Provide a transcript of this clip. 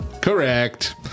Correct